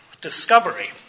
discovery